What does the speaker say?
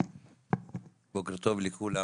בוקר טוב לכולם.